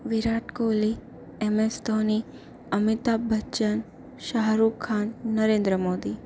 Virat Kohli MS Dhoni Amitabh Bachchan Shahrukh Khan Narendra Modi